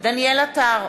דניאל עטר,